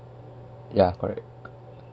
ya correct